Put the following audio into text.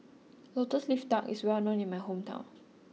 Lotus Leaf Duck is well known in my hometown